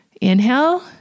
Inhale